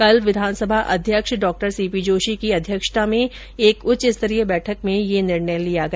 कल विधानसभा अध्यक्ष डॉ सीपी जोशी की अध्यक्षता में एक उच्च स्तरीय बैठक में यह निर्णय लिया गया